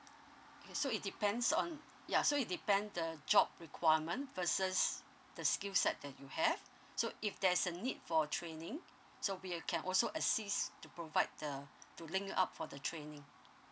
okay so it depends on ya so it depend the job requirement versus the skill set that you have so if there's a need for training so we uh can also assist to provide the to link you up for the training